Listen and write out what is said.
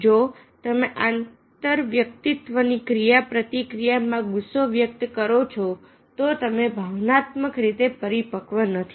જો તમે આંતર વ્યક્તિત્વની ક્રિયાપ્રતિક્રિયા માં ગુસ્સો વ્યક્ત કરો છો તો તમે ભાવનાત્મક રીતે પરિપક્વ નથી